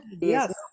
yes